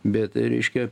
bet reiškia